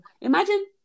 imagine